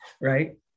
right